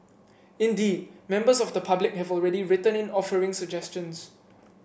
indeed members of the public have already written in offering suggestions